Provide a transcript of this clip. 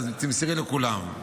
תמסרי לכולם,